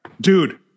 Dude